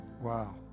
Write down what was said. Wow